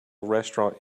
restaurant